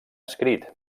escrit